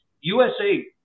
USA